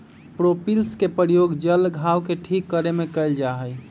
propolis के प्रयोग जल्ल घाव के ठीक करे में कइल जाहई